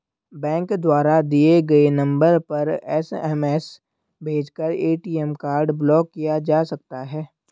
bank द्वारा दिए गए नंबर पर एस.एम.एस भेजकर ए.टी.एम कार्ड ब्लॉक किया जा सकता है